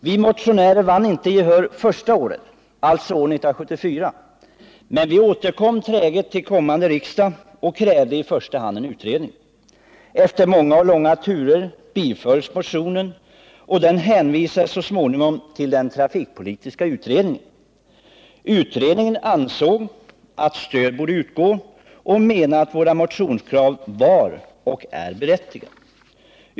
Vi motionärer vann inte gehör första året, alltså år 1974, men vi återkom träget till kommande riksdag och krävde i första hand en utredning. Efter många och långa turer bifölls motionen, och den hänvisades så småningom till den trafikpolitiska utredningen med tilläggsdirektiv från den dåvarande socialdemokratiska regeringen. Utredningen ansåg att stöd borde utgå och menade att våra motionskrav var berättigade.